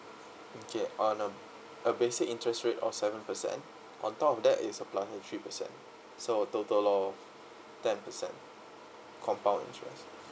okay on a a basic interest rate of seven percent on top of that is a plus of three percent so total of ten percent compound interest